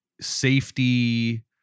safety